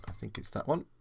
think it's that one.